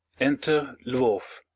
enter lvoff.